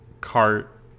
cart